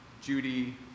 Judy